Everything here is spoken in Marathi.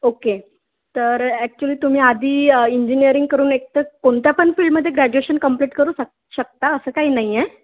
ओके तर ॲक्च्युली तुम्ही आधी इंजिनिअरिंग करून एकतर कोणत्या पण फील्डमध्ये ग्रॅज्युएशन कम्प्लीट करू शक शकता असं काही नाही आहे